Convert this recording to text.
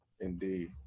Indeed